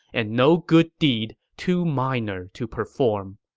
and no good deed too minor to perform.